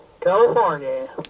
California